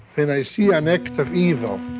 when i see an act of evil,